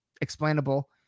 explainable